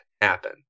happen